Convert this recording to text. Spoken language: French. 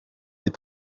des